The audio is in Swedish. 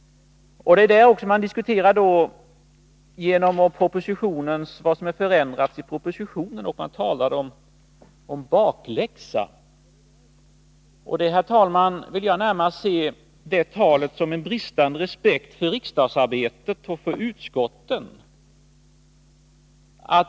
Man diskuterar vad som har förändrats i propositionen, och man talar om bakläxa. Det talet, herr talman, vill jag närmast se som en bristande respekt för riksdagens arbete och för utskotten.